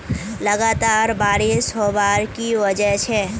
लगातार बारिश होबार की वजह छे?